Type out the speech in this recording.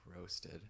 roasted